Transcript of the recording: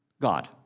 God